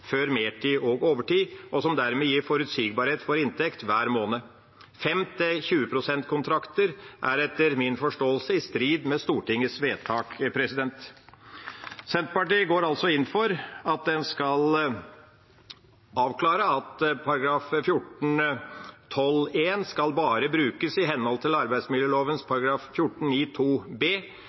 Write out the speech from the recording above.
før mertid og overtid, og som dermed gir forutsigbarhet for inntekt hver måned. 5–20-prosentkontrakter er etter min forståelse i strid med Stortingets vedtak. Senterpartiet går altså inn for at en skal avklare at § 14-12 bare skal brukes i henhold til